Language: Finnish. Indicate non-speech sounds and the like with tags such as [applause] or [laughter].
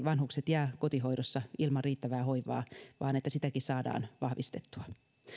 [unintelligible] vanhukset jää kotihoidossa ilman riittävää hoivaa vaan sitäkin saadaan vahvistettua